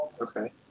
Okay